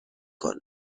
کنه